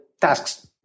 tasks